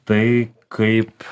tai kaip